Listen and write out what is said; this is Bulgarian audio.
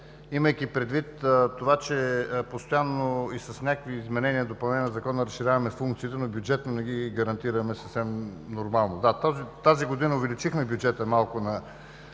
имайки предвид това, че постоянно и с някои изменения и допълнения на Закона разширяваме функциите, но бюджетно не ги гарантираме, съвсем нормално. Да, тази година увеличихме малко